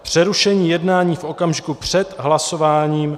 Přerušení jednání v okamžiku před hlasováním...